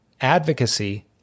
advocacy